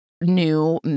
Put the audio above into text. new